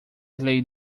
lay